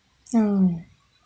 oh